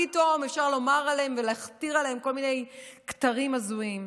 פתאום אפשר לומר עליהם ולהכתיר עליהם כל מיני כתרים הזויים.